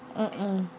mm mm